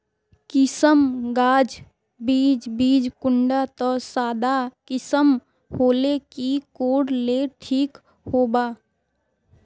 किसम गाज बीज बीज कुंडा त सादा किसम होले की कोर ले ठीक होबा?